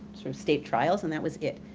sort of state trials, and that was it.